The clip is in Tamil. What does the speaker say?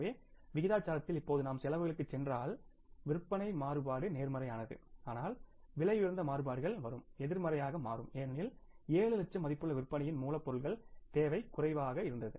எனவே விகிதாசாரத்தில் இப்போது நாம் செலவுகளுக்குச் சென்றால் விற்பனை மாறுபாடு நேர்மறையானது ஆனால் விலையுயர்ந்த மாறுபாடுகள் வரும் எதிர்மறையாக மாறும் ஏனெனில் 7 லட்சம் மதிப்புள்ள விற்பனையின் மூலப்பொருள் தேவை குறைவாக உள்ளது